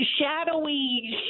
shadowy